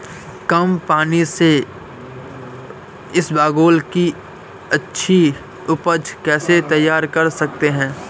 कम पानी से इसबगोल की अच्छी ऊपज कैसे तैयार कर सकते हैं?